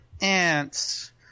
ants